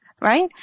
right